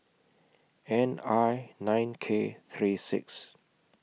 N I nine K three six